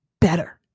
better